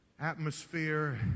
atmosphere